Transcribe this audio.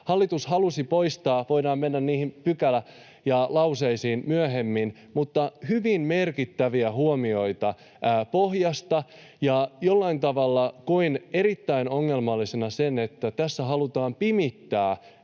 Hallitus halusi poistaa — voidaan mennä niihin pykäliin ja lauseisiin myöhemmin — hyvin merkittäviä huomioita pohjasta, ja jollain tavalla koin erittäin ongelmallisena sen, että tässä halutaan pimittää